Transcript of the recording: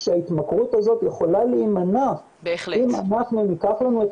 שההתמכרות הזאת יכולה להימנע אם ניקח לנו את